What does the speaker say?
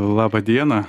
laba diena